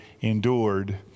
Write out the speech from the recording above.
endured